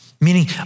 Meaning